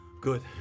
Good